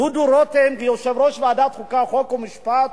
דודו רותם, כיושב-ראש ועדת החוקה, חוק ומשפט,